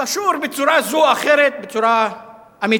קשור בצורה זו או אחרת, בצורה אמיצה,